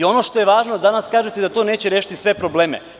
Ono što je važno, danas kažete da to neće rešiti sve probleme.